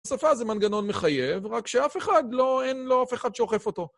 שפה זה מנגנון מחייב, רק שאף אחד, אין לו אף אחד שאוכף אותו.